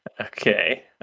Okay